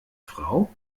frau